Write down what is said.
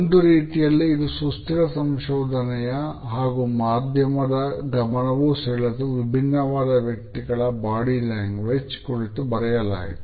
ಒಂದು ರೀತಿಯಲ್ಲಿ ಇದು ಸುಸ್ಥಿರ ಸಂಶೋಧನೆಯ ಹಾಗು ಮಾಧ್ಯಮದ ಗಮನವೂ ಸೆಳೆದು ವಿಭಿನ್ನವಾದ ವ್ಯಕ್ತಿಗಳ ಬಾಡಿ ಲ್ಯಾಂಗ್ವೇಜ್ ಕುರಿತು ಬರೆಯಲಾಯಿತು